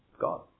God